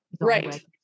Right